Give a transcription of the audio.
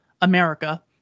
America